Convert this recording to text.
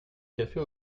café